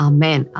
Amen